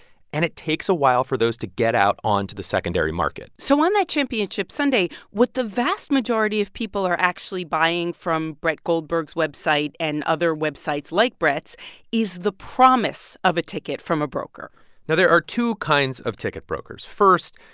and it takes a while for those to get out onto the secondary market so on that championship sunday, what the vast majority of people are actually buying from brett goldberg's website and other websites like brett's is the promise of a ticket from a broker now, there are two kinds of ticket brokers. first,